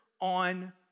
on